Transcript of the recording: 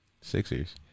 Sixers